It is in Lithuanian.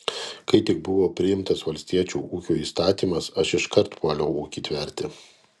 kai tik buvo priimtas valstiečių ūkio įstatymas aš iškart puoliau ūkį tverti